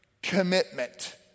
commitment